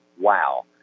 wow